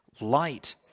Light